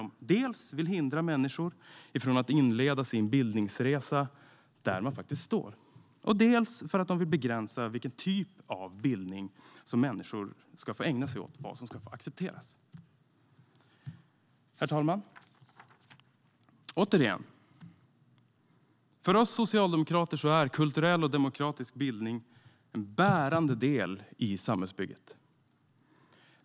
De vill dels hindra människor från att inleda sin bildningsresa där de faktiskt står, dels begränsa vilken typ av bildning som människor ska få ägna sig åt och vad som ska accepteras. Herr talman! Återigen: För oss socialdemokrater är kulturell och demokratisk bildning en bärande del i samhällsbygget.